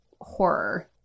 horror